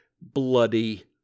bloody